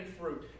fruit